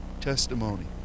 testimony